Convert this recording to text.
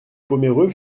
pomereux